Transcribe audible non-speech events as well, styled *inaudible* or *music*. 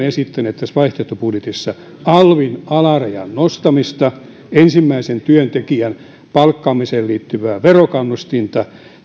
*unintelligible* esittäneet tässä vaihtoehtobudjetissa alvin alarajan nostamista ensimmäisen työntekijän palkkaamiseen liittyvää verokannustinta